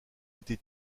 été